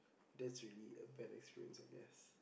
that's really a bad experience I guess